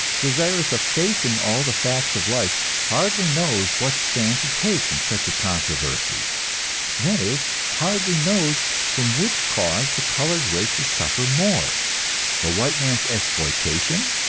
desirous of facing all the facts of life, hardly knows what stand to take in such a controversy that is, hardly knows from which cause the colored races suffer more the white man's exploitation,